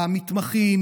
המתמחים,